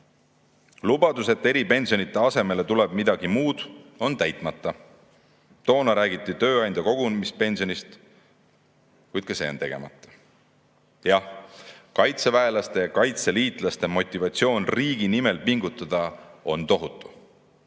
Lubadus, et eripensionide asemele tuleb midagi muud, on täitmata. Toona räägiti tööandja kogumispensionist, kuid ka see on tegemata. Jah, kaitseväelaste ja kaitseliitlaste motivatsioon riigi nimel pingutada on tohutu.